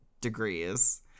degrees